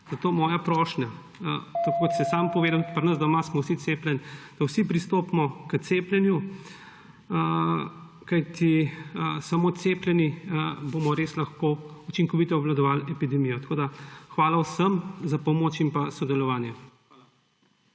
Zato moja prošnja, tako kot ste sami povedali:« Pri nas doma smo vsi cepljeni«, da vsi pristopimo k cepljenju, kajti samo cepljeni bomo res lahko učinkovito obvladovali epidemijo. Tako hvala vsem za pomoč in pa sodelovanje.